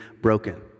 broken